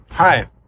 Hi